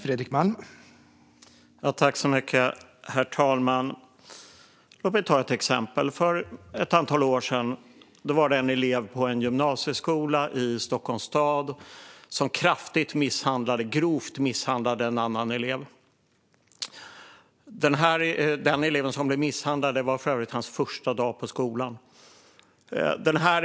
Herr talman! Låt mig ta ett exempel. För ett antal år sedan var det en elev på en gymnasieskola i Stockholms stad som grovt misshandlade en annan elev. Den elev som blev misshandlad gick för övrigt sin första dag på skolan.